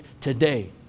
today